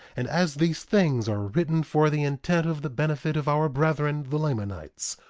and as these things are written for the intent of the benefit of our brethren the lamanites,